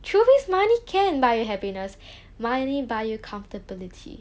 truth is money can buy you happiness money buy you comfortability